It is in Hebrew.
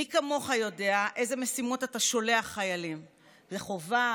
מי כמוך יודע לאילו משימות אתה שולח חיילים בחובה,